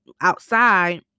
outside